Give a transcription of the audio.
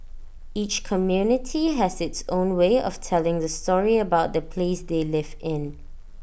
each community has its own way of telling the story about the place they live in